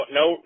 no